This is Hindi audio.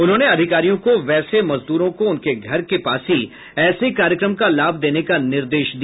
उन्होंने अधिकारियों को वैसे मजदूरों को उनके घर के पास ही ऐसे कार्यक्रम का लाभ देने का निर्देश दिया